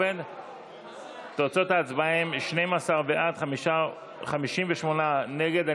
תוצאות ההצבעה הן 12 בעד, 58 נגד.